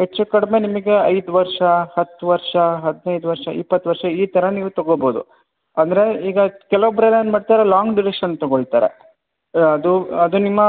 ಹೆಚ್ಚು ಕಡಿಮೆ ನಿಮಿಗೆ ಐದು ವರ್ಷ ಹತ್ತು ವರ್ಷ ಹದಿನೈದು ವರ್ಷ ಇಪ್ಪತ್ತು ವರ್ಷ ಈ ಥರ ನೀವು ತಗೋಬೋದು ಅಂದರೆ ಈಗ ಕೆಲವೊಬ್ಬರು ಎಲ್ಲ ಏನು ಮಾಡ್ತಾರೆ ಲಾಂಗ್ ಡ್ಯೂರಿಷನ್ ತಗೋಳ್ತಾರೆ ಅದು ಅದು ನಿಮ್ಮ